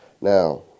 Now